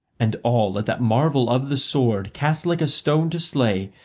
and all at that marvel of the sword, cast like a stone to slay,